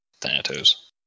Thanatos